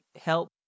help